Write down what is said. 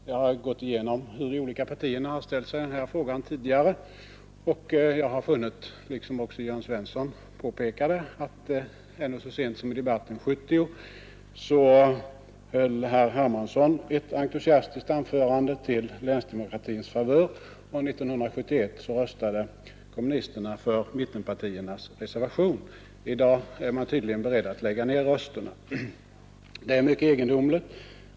Jag har gått igenom hur de olika partierna har ställt sig i den här frågan tidigare och funnit, liksom också hert Svensson i Malmö påpekade, att ännu så sent som i debatten 1970 höll herr Hermansson ett entusiastiskt anförande till länsdemokratins favör, och 1971 röstade kommunisterna för mittenpartiernas reservation. I dag är man tydligen beredd att lägga ned rösterna. Det är mycket egendomligt.